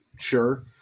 Sure